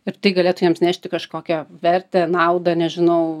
ir tai galėtų jiems nešti kažkokią vertę naudą nežinau